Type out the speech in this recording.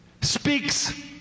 speaks